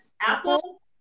apple